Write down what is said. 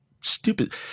stupid